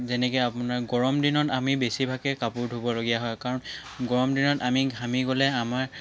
যেনেকৈ আপোনাৰ গৰমদিনত আমি বেছিভাগেই কাপোৰ ধুবলগীয়া হয় কাৰণ গৰম দিনত আমি ঘামি গ'লে আমাৰ